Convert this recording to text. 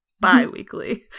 Bi-weekly